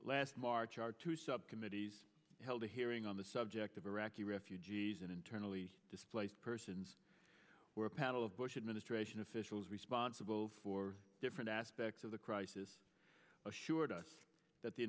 last march our two subcommittees held a hearing on the subject of iraqi refugees and internally displaced persons where a panel of bush administration officials responsible for different aspects of the crisis assured us that the